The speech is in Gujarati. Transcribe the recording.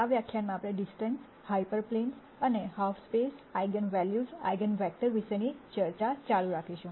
આ વ્યાખ્યાનમાં આપણે ડિસ્ટન્સ હાયપર પ્લેનસ અને half space eigen values eigen vector વિશેની ચર્ચા ચાલુ રાખીશું